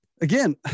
Again